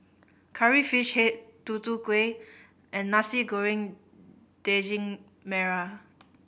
Curry Fish Head Tutu Kueh and Nasi Goreng Daging Merah